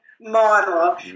model